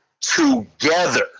together